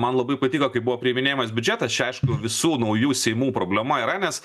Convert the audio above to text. man labai patiko kai buvo priiminėjamas biudžetas čia aišku visų naujų seimų problema yra nes